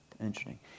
Interesting